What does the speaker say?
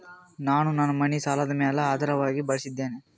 ನಾನು ನನ್ನ ಮನಿ ಸಾಲದ ಮ್ಯಾಲ ಆಧಾರವಾಗಿ ಬಳಸಿದ್ದೇನೆ